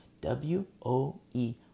W-O-E